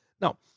Now